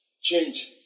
Change